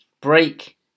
break